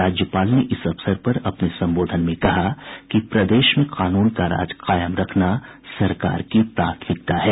राज्यपाल ने इस अवसर पर अपने संबोधन में कहा कि प्रदेश में कानून का राज कायम रखना सरकार की प्राथमिकता है